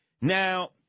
Now